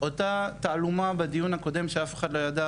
אותה תעלומה בדיון הקודם שאף אחד לא ידע,